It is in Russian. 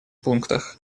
пунктах